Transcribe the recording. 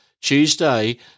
Tuesday